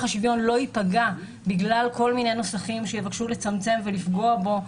השוויון לא ייפגע בגלל כל מיני נוסחים שיבקשו לצמצם ולפגוע בו.